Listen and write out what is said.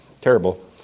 Terrible